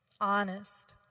Honest